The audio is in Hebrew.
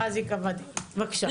אחלה, אז ייקבע דיון, בבקשה.